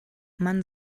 man